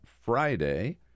Friday